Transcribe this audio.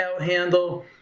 outhandle